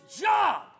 job